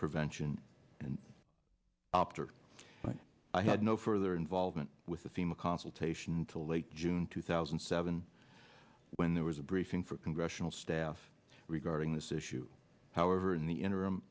prevention and after i had no further involvement with the fema consultation until late june two thousand and seven when there was a briefing for congressional staff regarding this issue however in the interim